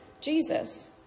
Jesus